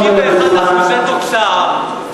31% תוצר.